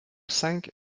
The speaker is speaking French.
cinq